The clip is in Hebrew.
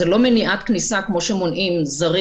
זה לא מניעת כניסה כפי שמונעים זרים